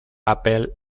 apple